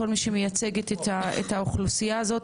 כל מי שמייצגת את האוכלוסייה הזאת,